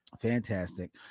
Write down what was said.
Fantastic